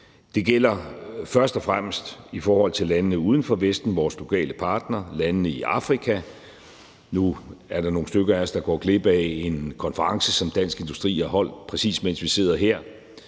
Det gælder først og fremmest i forhold til landene uden for Vesten, vores lokale partnere, landene i Afrika, og nu er der nogle stykker af os, der går glip af en konference, som Dansk Industri har holdt, præcis mens vi sidder her,